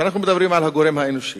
כשאנחנו מדברים על הגורם האנושי,